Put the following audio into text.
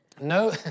no